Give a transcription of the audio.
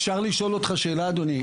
אפשר לשאול אותך שאלה אדוני,